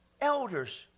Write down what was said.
elders